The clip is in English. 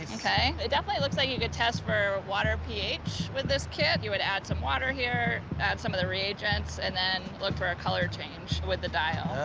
ok. it definitely looks like you could test for water ph with this kit. you would add some water here, add some of the reagents, and then look for a color change with the dial.